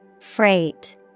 Freight